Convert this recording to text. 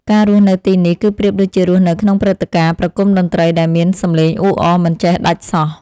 ការរស់នៅទីនេះ គឺប្រៀបដូចជារស់នៅក្នុងព្រឹត្តិការណ៍ប្រគំតន្ត្រីដែលមានសំឡេងអ៊ូអរមិនចេះដាច់សោះ។